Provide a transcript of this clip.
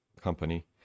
company